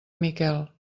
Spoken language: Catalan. miquel